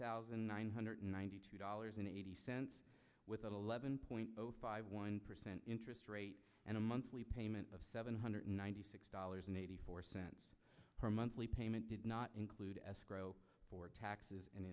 thousand nine hundred ninety two dollars and eighty cents with an eleven point five one percent interest rate and a monthly payment of seven hundred ninety six dollars and eighty four cents per monthly payment did not include escrow for taxes and